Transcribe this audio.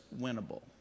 winnable